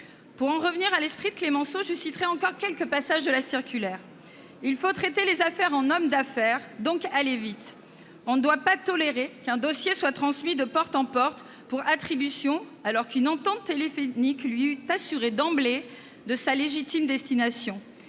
Ah, maintenant ça suffit !... je citerai encore quelques passages de sa circulaire. « Il faut traiter les affaires en hommes d'affaires : donc aller vite. »« On ne doit pas tolérer qu'un dossier soit transmis de porte en porte " pour attributions "[...] alors qu'une entente téléphonique lui eût assuré d'emblée sa légitime destination. »